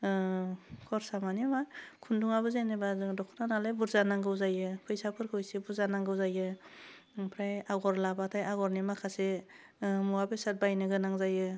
खरसा मानि मा खुन्दुंआबो जेनेबा जोङो दख'ना नालाय बुरजा नांगौ जायो फैसाफोरखौ एसे बुरजा नांगौ जायो ओमफ्राय आगर लाबाथाय आगरनि माखासे ओह मुवा बेसाद बायनो गोनां जायो